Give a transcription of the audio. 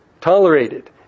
tolerated